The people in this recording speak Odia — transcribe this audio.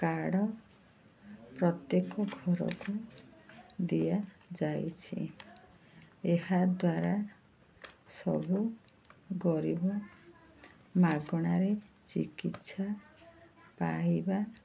କାର୍ଡ଼ ପ୍ରତ୍ୟେକ ଘରକୁ ଦିଆଯାଇଛି ଏହାଦ୍ୱାରା ସବୁ ଗରିବ ମାଗଣାରେ ଚିକିତ୍ସା ପାଇବା